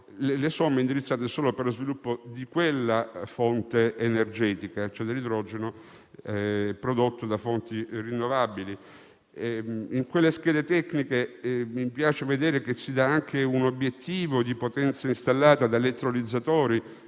le somme indirizzate solo per lo sviluppo di quella fonte energetica, e cioè dell'idrogeno prodotto da fonti rinnovabili. In quelle schede tecniche mi piace vedere che si indica anche un obiettivo di potenza installata da elettrolizzatori,